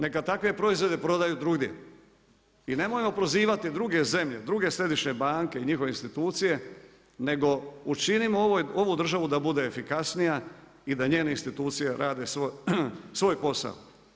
Neka takve proizvode prodaju drugdje i nemojmo prozivati druge zemlje, druge središnje banke i njihove institucije nego učinimo ovu državu da bude efikasnija i da njene institucije rade svoj posao.